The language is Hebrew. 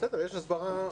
בסדר, יש הסברה.